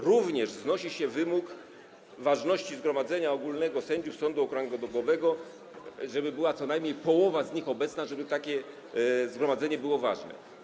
Również znosi się wymóg ważności zgromadzenia ogólnego sędziów sądów okręgowych - żeby była co najmniej połowa z nich obecna, żeby takie zgromadzenie było ważne.